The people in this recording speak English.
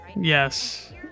Yes